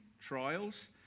trials